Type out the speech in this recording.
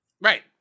right